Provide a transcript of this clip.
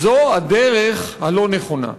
זו הדרך הלא-נכונה.